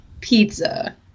pizza